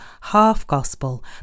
half-gospel